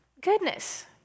Goodness